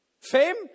Fame